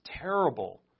terrible